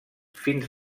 fins